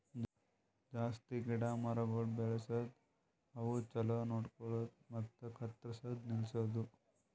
ಜಾಸ್ತಿ ಗಿಡ ಮರಗೊಳ್ ಬೆಳಸದ್, ಅವುಕ್ ಛಲೋ ನೋಡ್ಕೊಳದು ಮತ್ತ ಕತ್ತುರ್ಸದ್ ನಿಲ್ಸದು